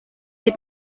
had